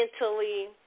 mentally